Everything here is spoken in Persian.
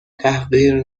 تحقیر